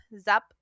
Zap